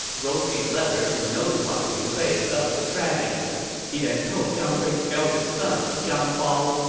wrote a letter to notify liu bei of the tragedy. he then told zhang fei's eldest son, zhang bao,